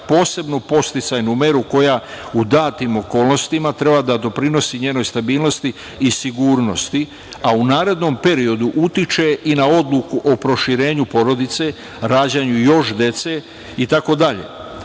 posebnu podsticajnu meru koja u datim okolnostima treba da doprinosi njenoj stabilnosti i sigurnosti, a u narednom periodu utiče i na odluku o proširenju porodice, rađanju još dece itd. Ova